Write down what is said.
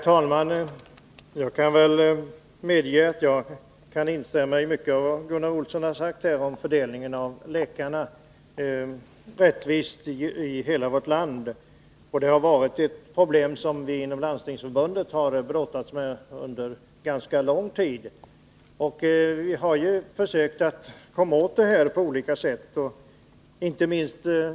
Herr talman! Jag kan instämma i mycket av det som Gunnar Olsson har sagt här om en rättvis fördelning av läkarna över hela vårt land. Detta har varit ett problem som vi inom Landstingsförbundet har brottats med under ganska lång tid. Vi har försökt att komma åt det på olika sätt.